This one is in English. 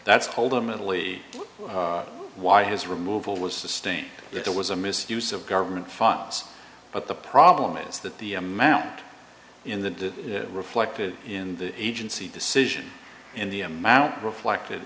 that's holder mentally why his removal was sustained there was a misuse of government funds but the problem is that the amount in the reflected in the agency decision and the amount reflected